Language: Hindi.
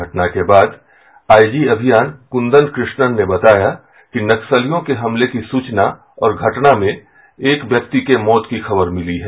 घटना के बाद आईजी अभियान कुंदन कृष्णन ने बताया कि नक्सलियों के हमले की सूचना और घटना में एक व्यक्ति के मौत की खबर मिली है